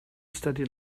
studied